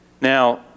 Now